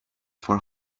for